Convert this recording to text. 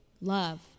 love